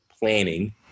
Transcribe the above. planning